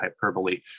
hyperbole